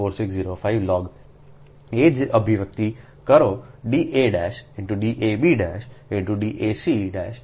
4605 log એ જ અભિવ્યક્તિને કરો D a × D a b × D ac'